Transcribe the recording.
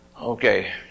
Okay